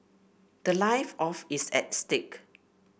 the life of is at stake